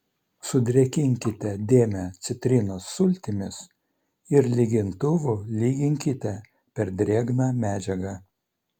sudrėkinkite dėmę citrinos sultimis ir lygintuvu lyginkite per drėgną medžiagą